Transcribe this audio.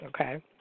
okay